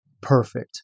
perfect